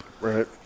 Right